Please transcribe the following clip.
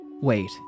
Wait